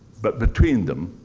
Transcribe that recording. but between them.